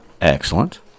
Excellent